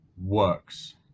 works